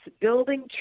building